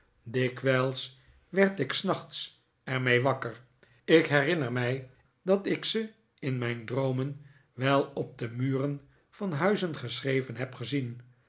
dikwijls werd ik s nachts er mee wakker ik herinner mij dat ik ze in mijn droomen wel op de muren van huizen geschreven heb gezien